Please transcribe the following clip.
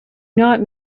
not